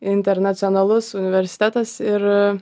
internacionalus universitetas ir